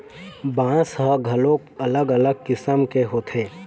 बांस ह घलोक अलग अलग किसम के होथे